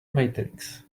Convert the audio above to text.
matrix